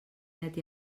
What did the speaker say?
net